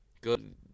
Good